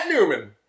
Newman